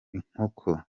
inkoko